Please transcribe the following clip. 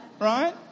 right